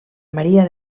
maria